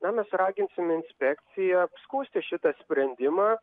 na mes raginsime inspekciją apskųsti šitą sprendimą